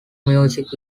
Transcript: music